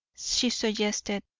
she suggested,